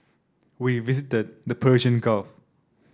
we visited the Persian Gulf